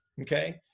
okay